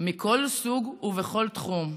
מכל סוג ובכל תחום.